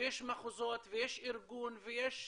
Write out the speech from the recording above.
שיש מחוזות ויש ארגון ויש